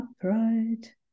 upright